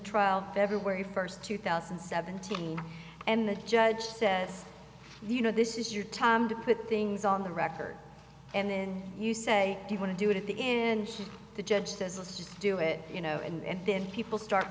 trial february first two thousand and seventeen and the judge says you know this is your time to put things on the record and then you say you want to do it at the end should the judge says let's just do it you know and then people start